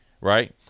right